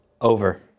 Over